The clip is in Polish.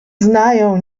znają